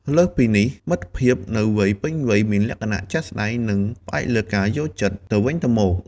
លើសពីនេះ មិត្តភាពនៅវ័យពេញវ័យមានលក្ខណៈ ជាក់ស្តែង និងផ្អែកលើការយល់ចិត្ត ទៅវិញទៅមក។